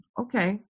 okay